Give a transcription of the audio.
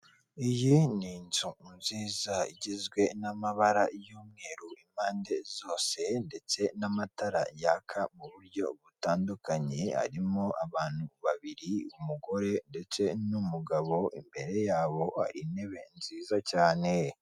iyi ni inzu nziza igizwe n'amabara y'umweru impande zose ndetse n'amatara yaka mu buryo butandukanye, harimo abantu babiri, umugore ndetse n'umugabo, imbere yabo hari intebe nziza cyane.